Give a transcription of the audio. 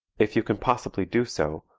if you can possibly do so,